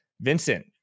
Vincent